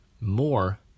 more